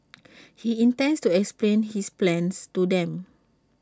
he intends to explain his plans to them